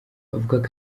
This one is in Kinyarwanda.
avuga